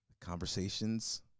conversations